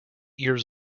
years